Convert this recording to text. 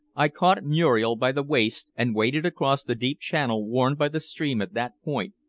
i caught muriel by the waist and waded across the deep channel worn by the stream at that point,